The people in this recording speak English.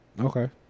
Okay